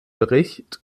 bericht